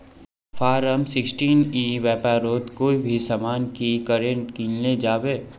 Form sixteen ई व्यापारोत कोई भी सामान की करे किनले जाबे?